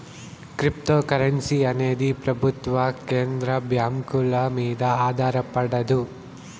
cryptocurrency అనేది ప్రభుత్వం కేంద్ర బ్యాంకుల మీద ఆధారపడదు